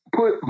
put